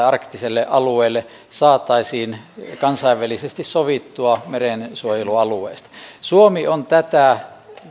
arktiselle alueelle saataisiin kansainvälisesti sovittua merensuojelualueista suomi on tätä